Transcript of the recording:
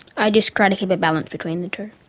i just try to keep a balance between the two.